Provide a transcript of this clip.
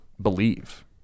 believe